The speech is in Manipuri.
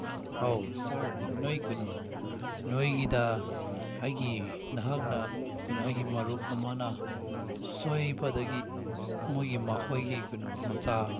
ꯑꯧ ꯁꯥꯔ ꯅꯣꯏ ꯀꯩꯅꯣ ꯅꯣꯏꯒꯤꯗ ꯑꯩꯒꯤ ꯅꯍꯥꯛꯅ ꯀꯩꯅꯣ ꯑꯩꯒꯤ ꯃꯔꯨꯞ ꯑꯃꯅ ꯁꯣꯏꯕꯗꯒꯤ ꯃꯣꯏꯒꯤ ꯃꯈꯣꯏꯒꯤ ꯀꯩꯅꯣ ꯃꯆꯥ